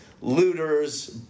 looters